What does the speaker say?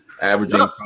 Averaging